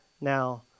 Now